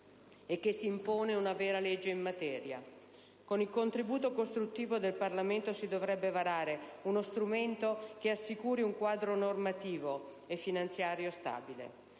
e che si impone una vera legge in materia. Con il contributo costruttivo del Parlamento si dovrebbe varare uno strumento che assicuri un quadro normativo e finanziario stabile.